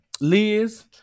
Liz